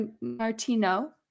martino